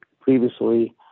Previously